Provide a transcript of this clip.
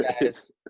guys